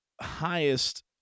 highest